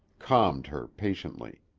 calmed her patiently.